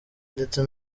ndetse